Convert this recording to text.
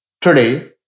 Today